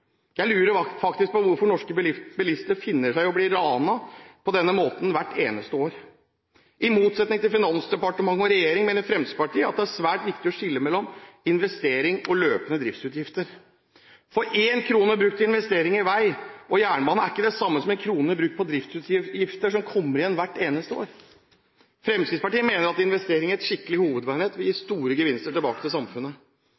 Jeg lurer på hvorfor norske bilister hvert eneste år finner seg i å bli ranet på denne måten. I motsetning til Finansdepartementet og regjeringen mener Fremskrittspartiet at det er svært viktig å skille mellom investering og løpende driftsutgifter. 1 kr brukt til investering i vei og jernbane er ikke det samme som 1 kr brukt på driftsutgifter som kommer igjen hvert eneste år. Fremskrittspartiet mener at investering i et skikkelig hovedveinett vil gi